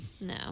No